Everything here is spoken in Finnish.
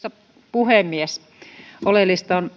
puhemies oleellista